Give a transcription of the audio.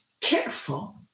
careful